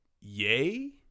yay